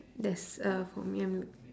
there's a for me I'm